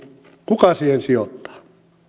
kuka siihen sosialismiin sijoittaa